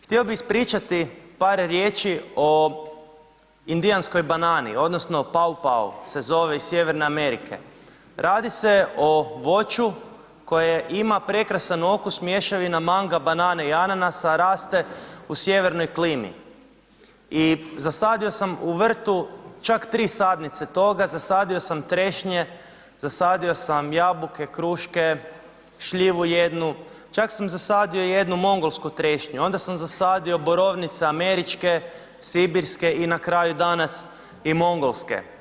Htio bi ispričati par riječi o indijanskoj banani, odnosno paw paw se zove iz Sjeverne Amerike, radi se o voću koje ima prekrasan okus mješavine manga, banane i ananasa, raste u sjevernoj klimi i zasadio sam u vrtu čak tri sadnice toga, zasadio sam trešnje, zasadio sam jabuke, kruške, šljivu jednu, čak sam zasadio jednu mongolsku trešnju, onda sam zasadio borovnice američke, sibirske i na kraju danas i mongolske.